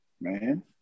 man